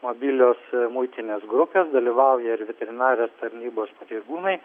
mobilios muitinės grupės dalyvauja ir veterinarijos tarnybos pareigūnai